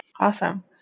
Awesome